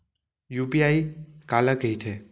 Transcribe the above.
UPI काला कहिथे?